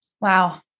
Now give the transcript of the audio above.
Wow